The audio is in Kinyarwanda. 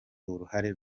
uruhare